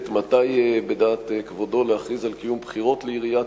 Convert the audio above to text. מתי בדעת כבודו להכריז על קיום בחירות לעיריית